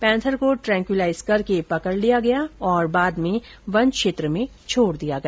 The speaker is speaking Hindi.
पैंथर को ट्रेकूलाइज करके पकड लिया गया और बाद में वन क्षेत्र में छोड दिया गया